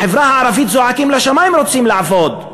בחברה הערבית צועקים לשמים: רוצים לעבוד.